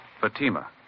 Fatima